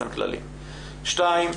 שניים.